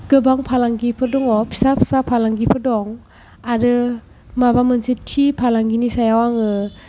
गोबां फालांगिफोर दङ फिसा फिसा फालांगिफोर दं आरो माबा मोनसे थि फालांगिनि सायाव आङो